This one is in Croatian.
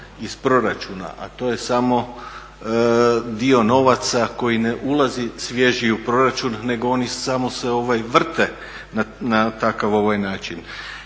iz proračuna, a to je samo dio novaca koji ne ulazi svježi u proračun nego oni samo se vrte na takav način.